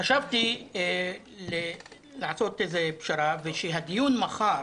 חשבתי לעשות איזו פשרה ושאת הדיון מחר